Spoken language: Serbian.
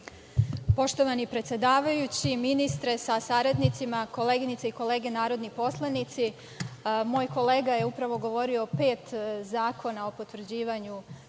Poštovani predsedavajući, ministre sa saradnicima, koleginice i kolege narodni poslanici, moj kolega je upravo govorio o pet zakona o potvrđivanju